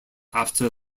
after